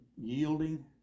yielding